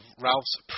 Ralph's